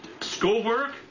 schoolwork